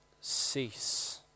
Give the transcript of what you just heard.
Cease